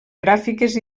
gràfiques